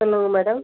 சொல்லுங்கள் மேடம்